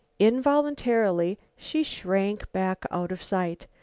involuntarily she shrank back out of sight.